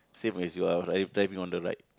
same as you are dri~ driving on the right